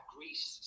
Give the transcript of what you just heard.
Greece